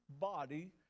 body